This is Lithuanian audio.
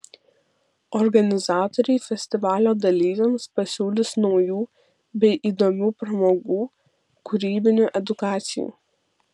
organizatoriai festivalio dalyviams pasiūlys naujų bei įdomių pramogų kūrybinių edukacijų